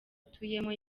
atuyemo